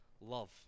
love